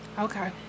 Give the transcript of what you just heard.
Okay